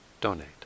donate